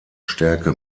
stärke